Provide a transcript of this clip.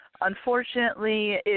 unfortunately